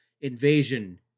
Invasion